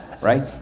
Right